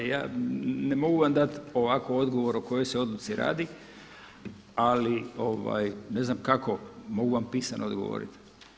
Ja, ne mogu vam dati ovako odgovor o kojoj se odluci radi, ali ne znam kako, mogu vam pisano odgovoriti.